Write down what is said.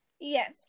Yes